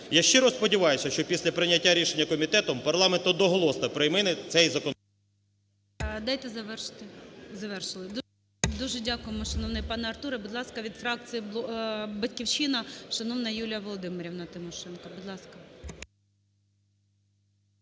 Я щиро сподіваюсь, що після прийняття рішення комітетом парламент одноголосно прийме цей… ГОЛОВУЮЧИЙ. Дайте завершити. Завершили? Дуже дякуємо, шановний пане Артуре. Будь ласка, від фракції "Батьківщина" шановна Юлія Володимирівна Тимошенко. Будь ласка.